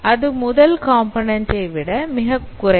அது முதல் காம்போநன்ண்ட் ஐ விட மிகக் குறைவு